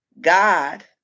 God